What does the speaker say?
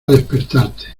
despertarte